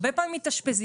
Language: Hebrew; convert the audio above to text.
הרבה פעמים מתאשפזים.